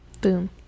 Boom